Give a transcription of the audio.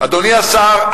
אדוני השר,